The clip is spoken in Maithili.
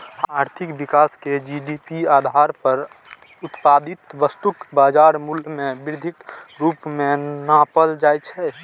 आर्थिक विकास कें जी.डी.पी आधार पर उत्पादित वस्तुक बाजार मूल्य मे वृद्धिक रूप मे नापल जाइ छै